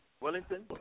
Wellington